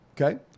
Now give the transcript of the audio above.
okay